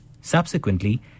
Subsequently